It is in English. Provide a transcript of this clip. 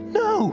no